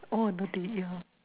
oh